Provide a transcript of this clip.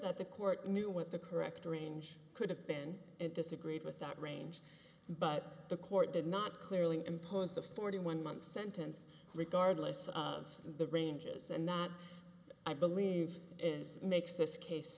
that the court knew what the correct range could have been and disagreed with that range but the court did not clearly impose the forty one month sentence regardless of the ranges and that i believe is makes this case